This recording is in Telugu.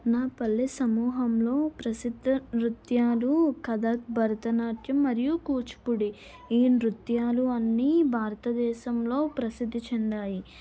నా పల్లె సమూహంలో ప్రసిద్ధ నృత్యాలు కతక్ భరతనాట్యం మరియు కూచిపూడి ఈ నృత్యాలు అన్నీ భారత దేశంలో ప్రసిద్ధి చెందాయి